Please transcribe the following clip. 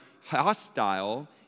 hostile